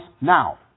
now